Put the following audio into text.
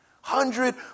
Hundred